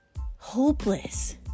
hopeless